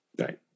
Right